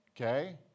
okay